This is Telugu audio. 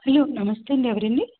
అయ్యో నమస్తే అండి ఎవరండి